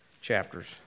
chapters